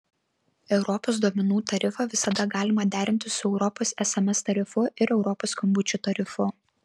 europos duomenų tarifą visada galima derinti su europos sms tarifu ir europos skambučių tarifu